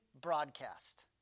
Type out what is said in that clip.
broadcast